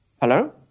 Hello